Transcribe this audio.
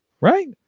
Right